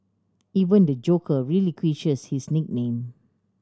even the Joker relinquishes his nickname